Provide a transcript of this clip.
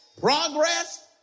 progress